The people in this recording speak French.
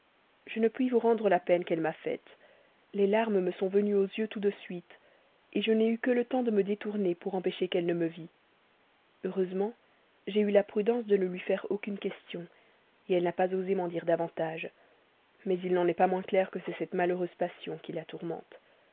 je ne puis vous rendre la peine qu'elle m'a faite les larmes me sont venues aux yeux tout de suite je n'ai eu que le temps de me détourner pour empêcher qu'elle ne me vît heureusement j'ai eu la prudence de ne lui faire aucune question elle n'a pas osé m'en dire davantage mais il n'en est pas moins clair que c'est cette malheureuse passion qui la tourmente